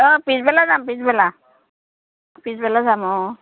অঁ পিছবেলা যাম পিছবেলা পিছবেলা যাম অঁ